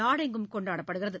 நாடெங்கும் கொண்டாடப்படுகிறது